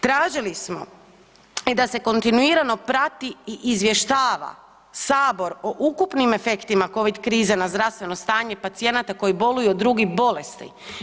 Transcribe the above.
Tražili smo i da se kontinuirano prati i izvještava Sabor o ukupnim efektima covid krize na zdravstveno stanje pacijenata koji boluju od drugih bolesti.